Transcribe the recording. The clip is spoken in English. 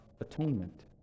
atonement